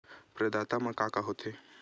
प्रदाता मा का का हो थे?